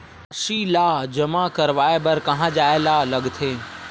राशि ला जमा करवाय बर कहां जाए ला लगथे